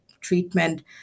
treatment